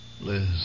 Liz